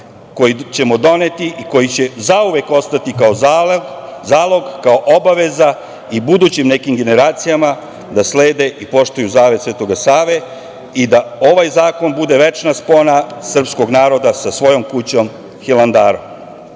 koji ćemo doneti i koji će zauvek ostati kao zalog, kao obaveza i budućim nekim generacijama da slede i poštuju zavet Svetog Save i da ovaj zakon bude večna spona srpskog naroda sa svojom kućom Hilandarom. Mi